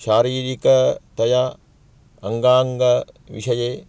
शारीरिकतया अङ्गाङ्ग विषये